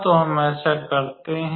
तो हम ऐसा करते हैं